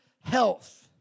health